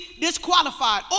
disqualified